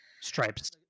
Stripes